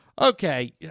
Okay